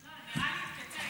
נראה לי תקצר.